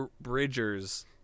Bridgers